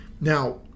Now